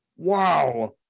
wow